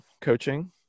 coaching